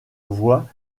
voie